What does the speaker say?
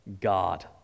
God